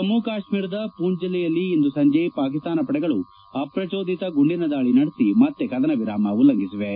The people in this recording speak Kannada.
ಜಮ್ಮು ಕಾತ್ಮೀರದ ಪೂಂಚ್ ಜಿಲ್ಲೆಯಲ್ಲಿ ಇಂದು ಸಂಜೆ ಪಾಕಿಸ್ತಾನ ಪಡೆಗಳು ಅಪ್ರಜೋದಿತ ಗುಂಡಿನ ದಾಳಿ ನಡೆಸಿ ಮತ್ತೆ ಕದನ ವಿರಾಮ ಉಲ್ಲಂಘಿಸಿವೆ